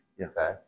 Okay